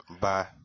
Bye